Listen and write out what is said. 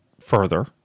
further